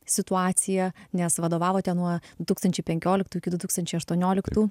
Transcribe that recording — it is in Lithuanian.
situaciją nes vadovavote nuo du tūkstančiai penkioliktų iki du tūkstančiai aštuonioliktų